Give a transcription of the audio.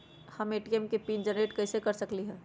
हम ए.टी.एम के pin generate कईसे कर सकली ह?